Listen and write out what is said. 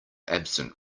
absent